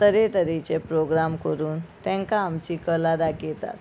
तरेतरेचे प्रोग्राम करून तेंका आमची कला दाखयतात